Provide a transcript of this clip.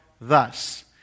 thus